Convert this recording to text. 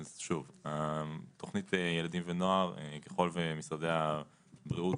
אז שוב: תוכנית הילדים ונוער ככל שמשרדי הבריאות,